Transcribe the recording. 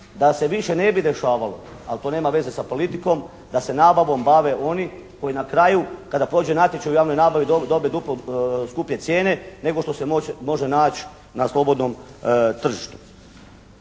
da se više ne bi dešavalo, ali to nema veze sa politikom da se nabavom bave oni koji na kraju kada prođe natječaj u javnoj nabavi dobe duplo skuplje cijene nego što se može naći na slobodnom tržištu.